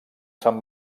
sant